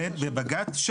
בבג"ץ,